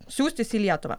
siųstis į lietuvą